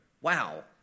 Wow